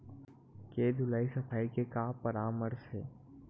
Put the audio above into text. के धुलाई सफाई के का परामर्श हे?